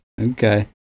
Okay